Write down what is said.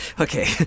okay